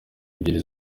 ebyiri